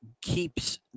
keeps